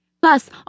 Plus